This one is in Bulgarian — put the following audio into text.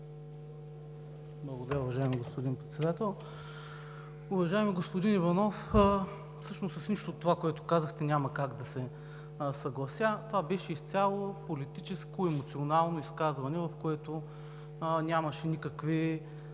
Благодаря, уважаеми господин Председател. Уважаеми господин Иванов, всъщност с нищо от това, което казахте, няма как да се съглася. Това беше изцяло политическо, емоционално изказване, от което нямаше никакви